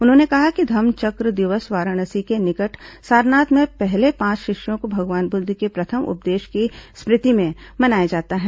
उन्होंने कहा कि धम्म चक्र दिवस वाराणसी के निकट सारनाथ में पहले पांच शिष्यों को भगवान बुद्ध के प्रथम उपदेश की स्मृति में मनाया जाता है